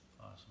Awesome